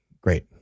great